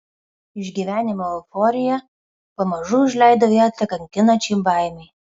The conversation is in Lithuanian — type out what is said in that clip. išgyvenimo euforija pamažu užleido vietą kankinančiai baimei